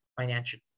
financially